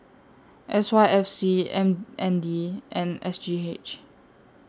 S Y F C M N D and S G H